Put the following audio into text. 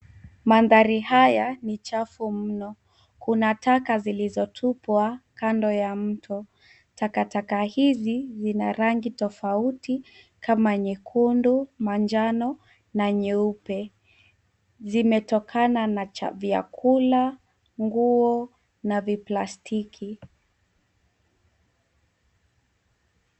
Mandari haya ni chafu mno. Kuna taka zilizotupwa kando ya mto. Takataka hizi zina rangi tofauti kama nyekundu, manjano na nyeupe. Zimetokana na vyakula, nguo na viplastiki.